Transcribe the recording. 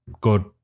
good